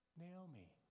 Naomi